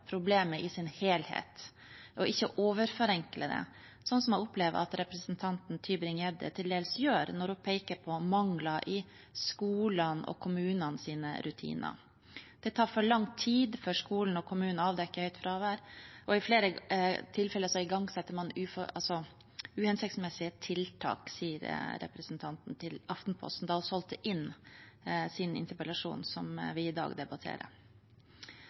problemet i sin helhet og ikke overforenkler det, sånn jeg opplever at representanten Tybring-Gjedde til dels gjør når hun peker på mangler i skolenes og kommunenes rutiner. «Det tar for lang tid før skolen og kommunen avdekker høyt fravær, og i flere tilfeller igangsetter man uhensiktsmessige tiltak», sa representanten til Aftenposten da hun solgte inn sin interpellasjon, som vi i dag debatterer.